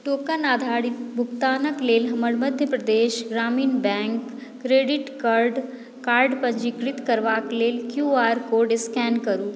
token आधारित भुगतानक लेल हमर मध्य प्रदेश ग्रामीण बैंक क्रेडिट कार्ड पंजीकृत करबाक लेल क्यू आर कोड स्कैन करु